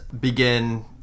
begin